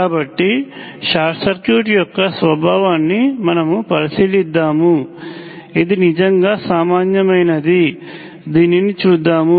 కాబట్టి short circuit యొక్క స్వభావాన్ని మనము పరిశీలిద్దాము ఇది నిజంగా సామాన్యమైనది దీనిని చూద్దాము